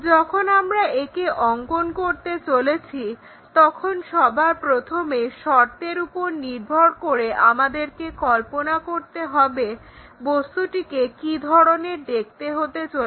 যখন আমরা একে অঙ্কন করতে চলেছি তখন সবার প্রথমে শর্তের ওপর নির্ভর করে আমাদেরকে কল্পনা করতে হবে বস্তুটিকে কি ধরনের দেখতে হতে পারে